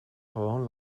gewoon